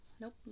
Nope